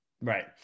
Right